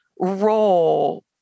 role